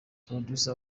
producer